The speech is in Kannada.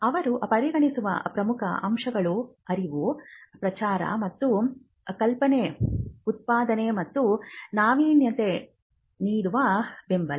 ಅವರು ಪರಿಗಣಿಸುವ ಪ್ರಮುಖ ಅಂಶಗಳು ಅರಿವು ಪ್ರಚಾರ ಮತ್ತು ಕಲ್ಪನೆ ಉತ್ಪಾದನೆ ಮತ್ತು ನಾವೀನ್ಯತೆಗೆ ನೀಡುವ ಬೆಂಬಲ